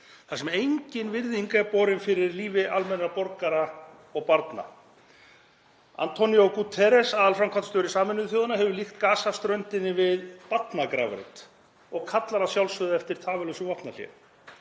þar sem engin virðing er borin fyrir lífi almennra borgara og barna. António Guterres, aðalframkvæmdastjóri Sameinuðu þjóðanna, hefur líkt Gaza-ströndinni við barnagrafreit og kallar að sjálfsögðu eftir tafarlausu vopnahléi.